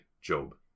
Job